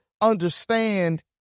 understand